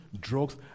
drugs